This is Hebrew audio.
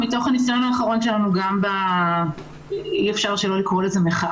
לשביתת העובדים הסוציאליים אי-אפשר שלא לקרוא מחאה.